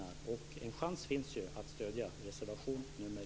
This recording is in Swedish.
Det finns ännu en chans att stödja reservation nr 7.